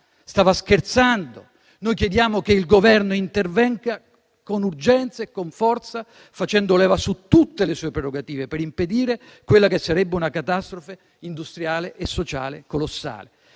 Stava scherzando? Noi chiediamo che il Governo intervenga con urgenza e con forza, facendo leva su tutte le sue prerogative, per impedire quella che sarebbe una catastrofe industriale e sociale colossale.